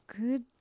Good